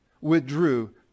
withdrew